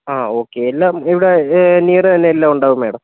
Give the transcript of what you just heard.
ആ ഓക്കേ എല്ലാം ഇവിടെ നിയർ തന്നെ എല്ലാം ഉണ്ടാവും മാഡം